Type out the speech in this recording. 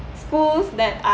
that I